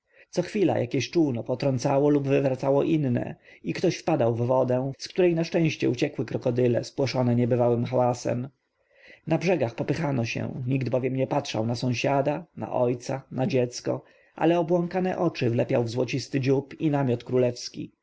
co chwilę jakieś czółno potrącało lub wywracało inne i ktoś wpadał w wodę z której na szczęście uciekły krokodyle spłoszone niebywałym hałasem na brzegach popychano się nikt bowiem nie patrzył na sąsiada na ojca na dziecko ale obłąkane oczy wlepiał w złocisty dziób łodzi i w namiot królewski